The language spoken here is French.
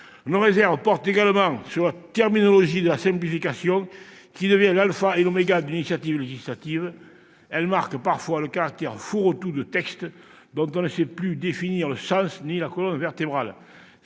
Nos réserves portent également sur la terminologie de la « simplification », qui devient l'alpha et l'oméga de l'initiative législative. Cette terminologie masque parfois le caractère « fourre-tout » de textes, dont on ne sait plus définir le sens ni la colonne vertébrale.